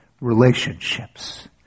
relationships